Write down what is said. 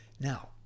Now